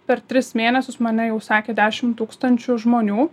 per tris mėnesius mane jau sakė dešim tūkstančių žmonių